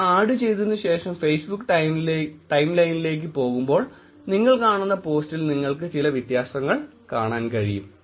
ഇത് ആഡ് ചെയ്തതിനുശേഷം Facebook time ലൈനിലേക്ക് പോകുമ്പോൾ നിങ്ങൾ കാണുന്ന പോസ്റ്റിൽ നിങ്ങൾക്ക് ചില വ്യത്യാസങ്ങൾ കാണാൻ കഴിയും